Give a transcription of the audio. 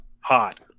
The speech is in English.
hot